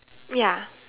ya